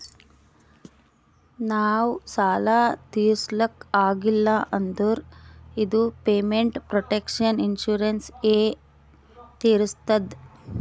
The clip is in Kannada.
ನಾವ್ ಸಾಲ ತಿರುಸ್ಲಕ್ ಆಗಿಲ್ಲ ಅಂದುರ್ ಇದು ಪೇಮೆಂಟ್ ಪ್ರೊಟೆಕ್ಷನ್ ಇನ್ಸೂರೆನ್ಸ್ ಎ ತಿರುಸ್ತುದ್